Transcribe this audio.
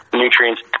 nutrients